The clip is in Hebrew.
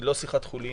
היא לא שיחת חולין,